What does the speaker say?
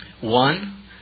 One